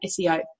SEO